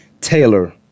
Taylor